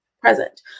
present